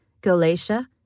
Galatia